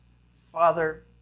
Father